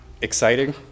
exciting